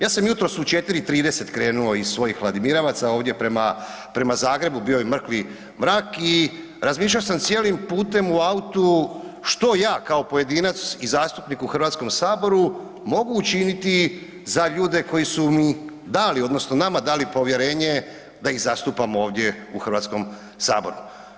Ja sam jutros u 4,30 krenuo iz svojih Vladimirevaca ovdje prema, prema Zagrebu, bio je mrtvi mrak i razmišljao sam cijelim putem u autu što ja kao pojedinac i zastupnik u Hrvatskom saboru mogu učiniti za ljude koji su mi dali odnosno nama dali povjerenje da ih zastupamo ovdje u Hrvatskom saboru.